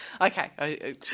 Okay